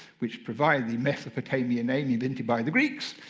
which provide the mesopotamian name invented by the greeks.